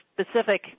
specific